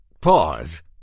pause